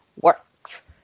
works